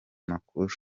makuru